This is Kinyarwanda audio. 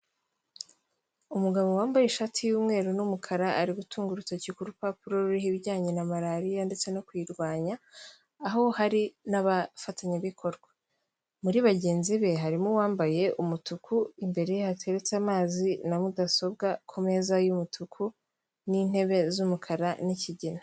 Umugabo wambaye ishati y'umweru n'umukara, ari gutunga urutoki ku rupapuro ruriho ibijyanye na Malariya ndetse no kuyirwanya, aho hari n'abafatanyabikorwa. Muri bagenzi be harimo uwambaye umutuku, imbere yateretse amazi na mudasobwa ku meza y'umutuku n'intebe z'umukara n'ikigina.